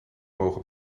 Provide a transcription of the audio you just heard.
mogen